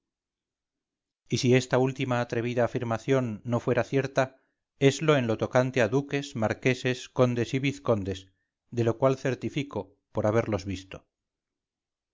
y si esta última atrevida afirmación no fuera cierta eslo en lo tocante a duques marqueses condes y vizcondes de lo cual certifico por haberlos visto